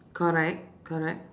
correct correct